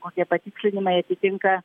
kokie patikslinimai atitinka